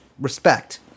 respect